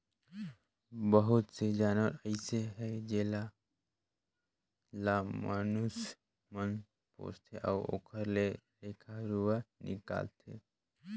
बहुत से जानवर अइसे हे जेला ल माइनसे मन पोसथे अउ ओखर ले रेखा रुवा निकालथे